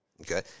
Okay